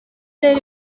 rero